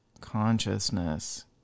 consciousness